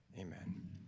amen